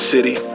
City